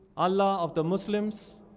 allah of the muslims,